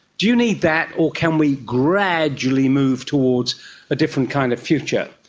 do you need that, or can we gradually move towards a different kind of future?